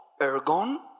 ergon